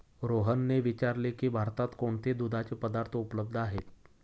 रोहनने विचारले की भारतात कोणते दुधाचे पदार्थ उपलब्ध आहेत?